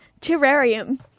terrarium